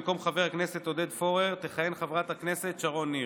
במקום חבר הכנסת עודד פורר תכהן חברת הכנסת שרון ניר.